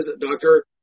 Dr